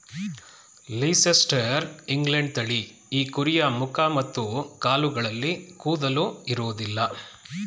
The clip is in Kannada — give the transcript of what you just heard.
ಲೀಸೆಸ್ಟರ್ ಇಂಗ್ಲೆಂಡ್ ತಳಿ ಈ ಕುರಿಯ ಮುಖ ಮತ್ತು ಕಾಲುಗಳಲ್ಲಿ ಕೂದಲು ಇರೋದಿಲ್ಲ